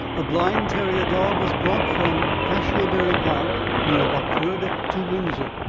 a blind terrier dog was brought from cashiobury park, near watford, to windsor.